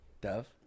Dove